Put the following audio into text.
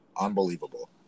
unbelievable